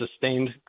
sustained